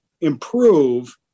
improve